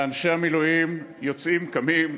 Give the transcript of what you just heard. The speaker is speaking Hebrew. אנשי המילואים יוצאים, קמים,